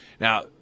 Now